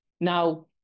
Now